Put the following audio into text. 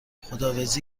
خداحافظی